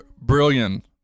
Brilliant